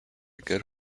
good